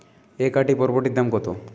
এক আঁটি বরবটির দাম কত?